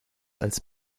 als